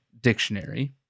Dictionary